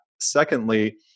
Secondly